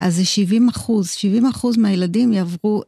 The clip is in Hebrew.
אז זה 70 אחוז, 70 אחוז מהילדים יעברו...